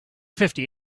fifty